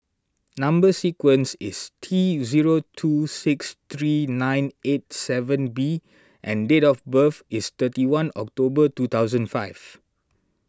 Number Sequence is T zero two six three nine eight seven B and date of birth is thirty one October two thousand and five